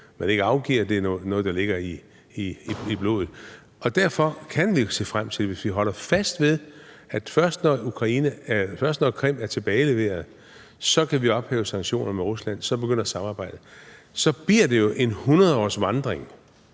man ikke afgiver; det er noget, der ligger i blodet. Derfor kan vi jo se frem til, hvis vi holder fast ved, at først når Krim er tilbageleveret, kan vi ophæve sanktionerne mod Rusland, så begynder samarbejdet, at det jo bliver en hundredårsvandring,